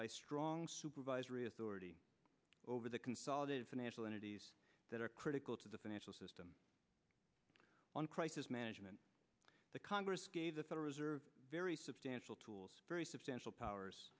by strong supervisory authority over the consolidated financial entities that are critical to the financial system on crisis management the congress gave the federal reserve very substantial tools very substantial powers